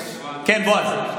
כן, בועז.